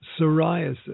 psoriasis